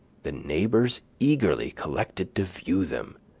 the neighbors eagerly collected to view them,